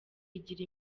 igira